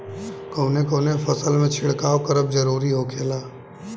कवने कवने फसल में छिड़काव करब जरूरी होखेला?